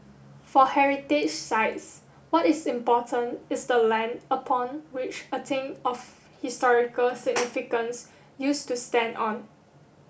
for heritage sites what is important is the land upon which a thing of historical significance used to stand on